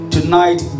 Tonight